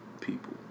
people